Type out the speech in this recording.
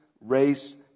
race